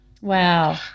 Wow